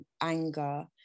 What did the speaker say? anger